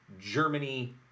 Germany